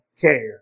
care